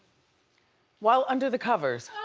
while under the covers.